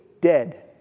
dead